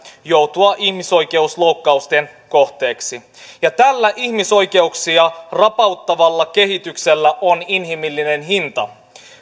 joutua ihmisoikeusloukkausten kohteeksi ja tällä ihmisoikeuksia rapauttavalla kehityksellä on inhimillinen hinta